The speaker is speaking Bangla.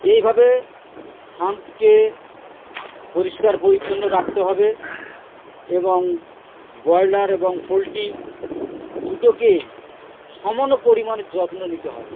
এইভাবে ফার্মকে পরিষ্কার পরিচ্ছন্ন রাখতে হবে এবং ব্রয়লার এবং পোলট্রি দুটোকেই সমান পরিমাণের যত্ন নিতে হবে